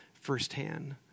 firsthand